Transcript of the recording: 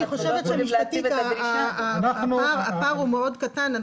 אני חושבת שמשפטית הפער הוא מאוד קטן.